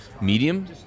medium